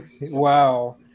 Wow